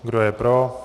Kdo je pro?